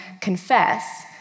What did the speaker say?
confess